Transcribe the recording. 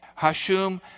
Hashum